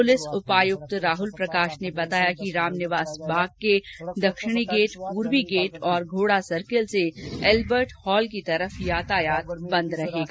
police उपायुक्त राहुल प्रकाश ने बताया कि रामनिवास बाग के दक्षिणी गेट पूर्वी गेट तथा घोड़ा सर्किल से अल्बर्ट हॉल की तरफ यातायात बंद रहेगा